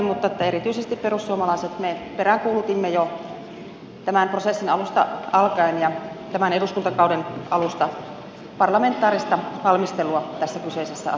mutta erityisesti me perussuomalaiset peräänkuulutimme jo tämän prosessin alusta alkaen ja tämän eduskuntakauden alusta parlamentaarista valmistelua tässä kyseisessä asiassa